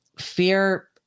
Fear